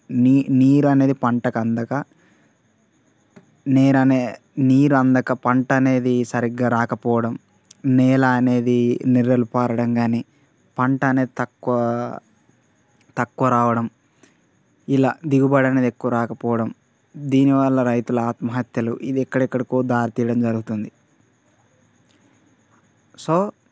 నీరు నీరు అనేది పంటకి అందక నీరు అనే నీరు అందక పంట అనేది సరిగ్గా రాకపోవడం నేల అనేది నెర్రలు పారడం కానీ పంట అనేది తక్కువ తక్కువ రావడం ఇలా దిగుబడి అనేది ఎక్కువ రాకపోవడం దీని వల్ల రైతుల ఆత్మహత్యలు ఇది ఎక్కడెక్కడికో దారి తీయడం జరుగుతుంది సో